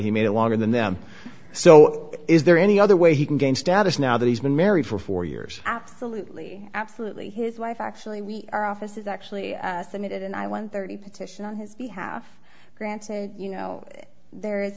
he made a longer than then so is there any other way he can gain status now that he's been married for four years absolutely absolutely his wife actually we are office is actually submitted and i won thirty petition on his behalf granted you know there